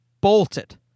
bolted